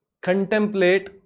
contemplate